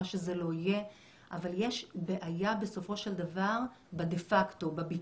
אבל יש בעיה בסופו של דבר בביצוע.